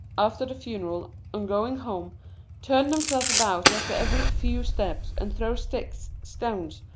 after the funeral, on going home turn themselves about after every few steps and throw sticks, stones,